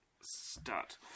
Start